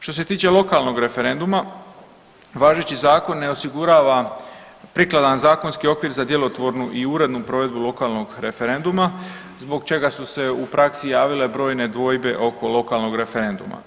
Što se tiče lokalnog referenduma, važeći zakon ne osigurava prikladan zakonski okvir za djelotvornu i urednu provedbu lokalnog referenduma zbog čega su se u praksi javile brojne dvojbe oko lokalnog referenduma.